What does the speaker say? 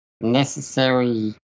necessary